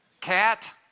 cat